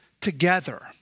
together